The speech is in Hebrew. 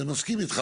אני מסכים איתך,